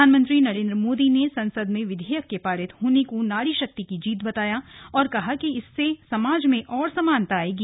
प्रधानमंत्री नरेन्द्र मोदी ने संसद में विधेयक के पारित होने को नारी शक्ति की जीत बताया है और कहा है कि इससे समाज में और समानता आयेगी